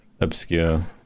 obscure